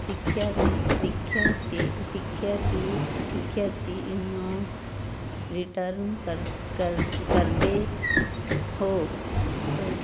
ਸਿੱਖਿਆ ਨੂੰ ਸਿੱਖਿਆ ਅਤੇ ਸਿੱਖਿਆ ਦੀ ਸਿੱਖਿਆ ਦੀ ਇਹਨੂੰ ਰਿਟਰਨ ਕਰ ਕਰਦੇ ਹੋ ਕ